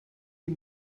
die